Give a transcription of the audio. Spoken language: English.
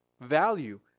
value